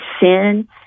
sin